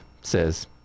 says